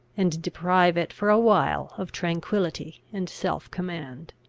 and deprive it for a while of tranquillity and self-command.